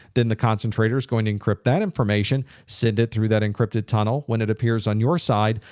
then the concentrator's going to encrypt that information, send it through that encrypted tunnel. when it appears on your side,